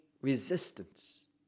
resistance